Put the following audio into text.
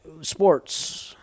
sports